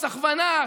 הכוונה,